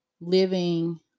living